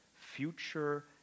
future